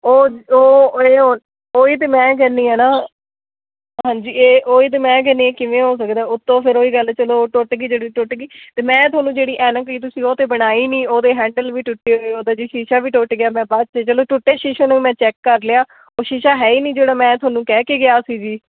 ਉਹ ਉਹ ਇਹ ਉਹ ਉਹ ਹੀ ਤਾਂ ਮੈਂ ਕਹਿੰਦੀ ਹਾਂ ਨਾ ਹਾਂਜੀ ਇਹ ਉਹ ਹੀ ਤਾਂ ਮੈਂ ਕਹਿੰਦੀ ਹਾਂ ਇਹ ਕਿਵੇਂ ਹੋ ਸਕਦਾ ਉੱਤੋਂ ਫਿਰ ਉਹ ਹੀ ਗੱਲ ਚਲੋ ਟੁੱਟ ਗਈ ਜਿਹੜੀ ਟੁੱਟ ਗਈ ਅਤੇ ਮੈਂ ਤੁਹਾਨੂੰ ਜਿਹੜੀ ਐਨਕ ਕਹੀ ਤੁਸੀਂ ਉਹ ਤਾਂ ਬਣਾਈ ਨਹੀਂ ਉਹਦੇ ਹੈਂਡਲ ਵੀ ਟੁੱਟੇ ਹੋਏ ਉਹਦਾ ਜੀ ਸ਼ੀਸ਼ਾ ਵੀ ਟੁੱਟ ਗਿਆ ਮੈਂ ਬਾਅਦ 'ਚ ਚਲੋ ਟੁੱਟੇ ਸ਼ੀਸ਼ੇ ਨੂੰ ਮੈਂ ਚੈੱਕ ਕਰ ਲਿਆ ਉਹ ਸ਼ੀਸ਼ਾ ਹੈ ਹੀ ਨਹੀਂ ਜਿਹੜਾ ਮੈਂ ਤੁਹਾਨੂੰ ਕਹਿ ਕੇ ਗਿਆ ਸੀ ਜੀ